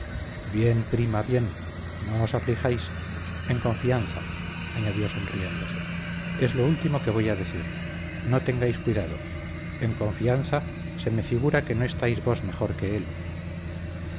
bien prima bien no os aflijáis en confianza añadió sonriéndose es lo último que voy a decir no tengáis cuidado en confianza se me figura que no estáis vos mejor que él